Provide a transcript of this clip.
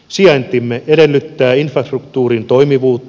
sijaintimme edellyttää infrastruktuurin toimivuutta